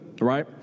right